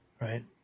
Right